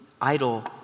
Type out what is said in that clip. idol